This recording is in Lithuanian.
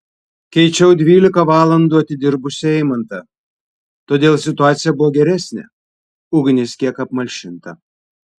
keičiau dvylika valandų atidirbusį eimantą todėl situacija buvo geresnė ugnis kiek apmalšinta